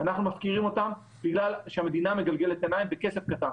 כי אנחנו מפקירים אותם בגלל שהמדינה מגלגלת עיניים לכסף קטן.